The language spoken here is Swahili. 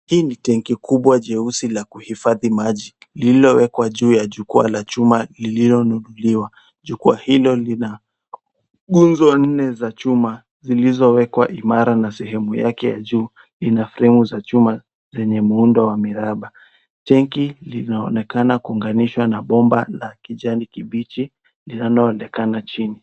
Hii ni tenki kubwa jeusi la kuhifadhi maji lililowekwa juu ya jukwaa la chuma lililonunuliwa. Jukwaa hilo lina nguzo nne za chuma zilizowekwa imara na sehemu yake ya juu ina fremu za chuma zenye muundo wa miraba. Tenki linaonekana kuunganishwa na bomba la kijani kibichi linaloonekana chini.